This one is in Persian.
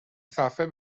صفحه